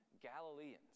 Galileans